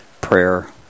prayer